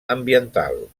ambiental